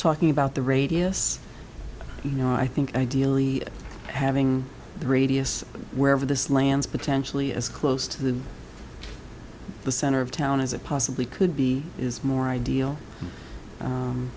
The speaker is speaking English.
talking about the radius and you know i think ideally having the radius wherever this lands potentially as close to the center of town as it possibly could be is more ideal